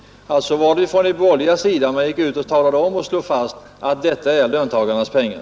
Det var alltså de borgerliga partierna som slog fast att detta är löntagarnas pengar.